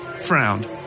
frowned